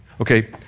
Okay